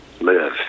live